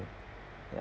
ya